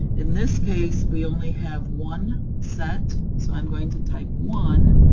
in this case, we only have one set, so i'm going to type one.